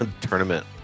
tournament